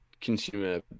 consumer